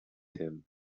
him